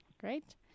Great